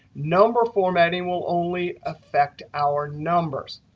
number formatting will only affect our numbers.